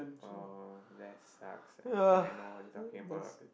oh that sucks I think I know what you're talking about